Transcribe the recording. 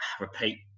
repeat